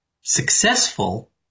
successful